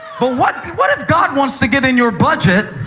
but what what if god wants to get in your budget?